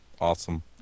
Awesome